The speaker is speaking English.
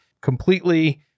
completely